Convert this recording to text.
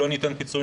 לא ניתן פיצוי,